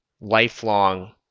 lifelong